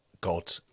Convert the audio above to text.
God